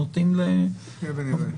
נחיה ונראה.